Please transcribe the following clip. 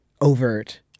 overt